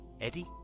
Eddie